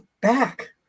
back